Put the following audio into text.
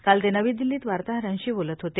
काल ते नवी दिल्लीत वार्ताहरांशी बोलत होते